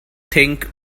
think